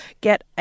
Get